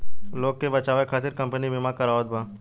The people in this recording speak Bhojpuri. लोग के बचावे खतिर कम्पनी बिमा करावत बा